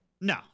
no